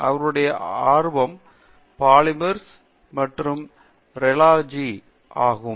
அவருடைய ஆர்வம் பாலிமர்ஸ் மற்றும் ரியோலஜி உள்ளடக்கிய ஆய்வு பகுதிகள் ஆகும்